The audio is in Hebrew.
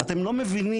אתם לא מבינים,